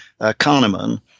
Kahneman